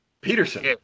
Peterson